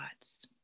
thoughts